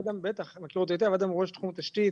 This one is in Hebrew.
בטח, מכיר אותו, אדם הוא ראש תחום התשתית